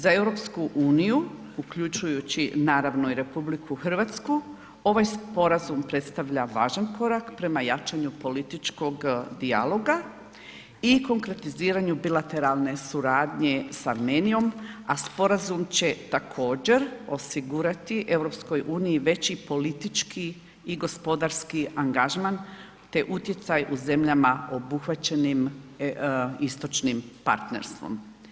Za EU uključujući naravno i RH ovaj sporazum predstavlja važan korak prema jačanju političkog dijaloga i konkretiziranju bilateralne suradnje sa Armenijom, a sporazum će također osigurati EU veći politički i gospodarski angažman, te utjecaj u zemljama obuhvaćenim istočnim partnerstvom.